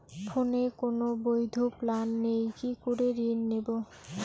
ফোনে কোন বৈধ প্ল্যান নেই কি করে ঋণ নেব?